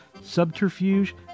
subterfuge